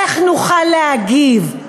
איך נוכל להגיב?